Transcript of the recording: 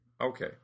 Okay